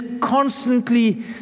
constantly